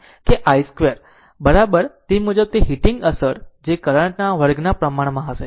કે i 2 બરાબર અને તે મુજબ તે હીટિંગ અસર જે કરંટના વર્ગ ના પ્રમાણમાં હશે